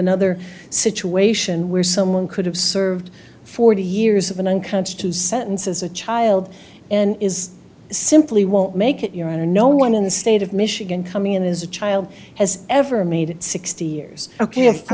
another situation where someone could have served forty years of an unconscious to sentence as a child and is simply won't make it your own or no one in the state of michigan coming in as a child has ever made it sixty years ok if i